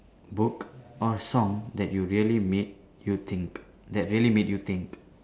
book or song that you really made you think that really made you think